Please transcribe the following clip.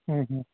ਹਮ ਹਮ